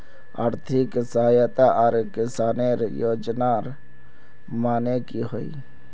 आर्थिक सहायता आर किसानेर योजना माने की होय?